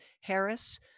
Harris